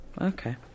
Okay